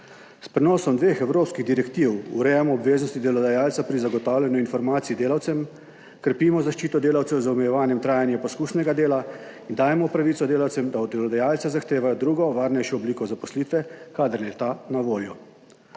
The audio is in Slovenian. S prenosom dveh evropskih direktiv urejamo obveznosti delodajalca pri zagotavljanju informacij delavcem, krepimo zaščito delavcev z omejevanjem trajanja poskusnega dela in dajemo pravico delavcem, da od delodajalca zahtevajo drugo varnejšo obliko zaposlitve, kadar je ta na voljo.